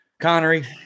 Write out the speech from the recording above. Connery